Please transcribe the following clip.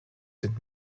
sind